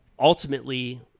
Ultimately